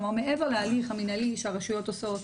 כלומר, מעבר להליך המנהלי שהרשויות עושות,